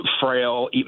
frail